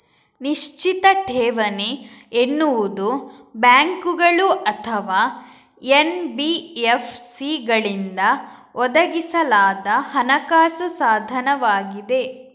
ನಿಶ್ಚಿತ ಠೇವಣಿ ಎನ್ನುವುದು ಬ್ಯಾಂಕುಗಳು ಅಥವಾ ಎನ್.ಬಿ.ಎಫ್.ಸಿಗಳಿಂದ ಒದಗಿಸಲಾದ ಹಣಕಾಸು ಸಾಧನವಾಗಿದೆ